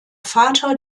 vater